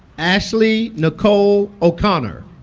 ashley nicole o'connor